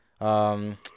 Um-